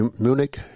Munich